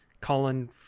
Colin